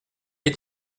est